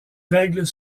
règles